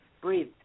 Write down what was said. breathe